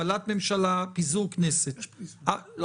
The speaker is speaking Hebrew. הפלת ממשלה, פיזור הכנסת --- יש פה סנקציה.